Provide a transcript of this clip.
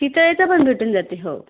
चितळेचं पण भेटून जाते हो